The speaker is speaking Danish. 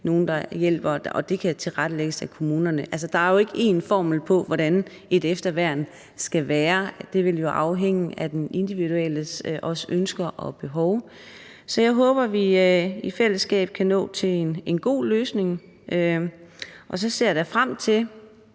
nogen, der hjælper, og det kan tilrettelægges af kommunerne. Der er jo ikke en formel på, hvordan et efterværn skal være. Det vil jo afhænge af den enkeltes ønsker og behov. Så jeg håber, vi i fællesskab kan nå frem til en god løsning, og så ser jeg da frem til,